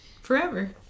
Forever